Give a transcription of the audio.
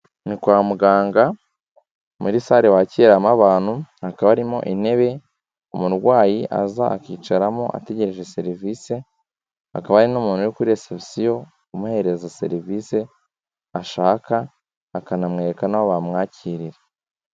Ni kwa muganga muri sale bakiriramo abantu, hakaba harimo intebe umurwayi aza akicaramo ategereje serivisi, hakaba hari n'umuntu uri kuri resebusiyo umuhereza serivisi ashaka, akanamwereka n'aho bamwakirira.